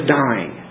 dying